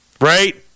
right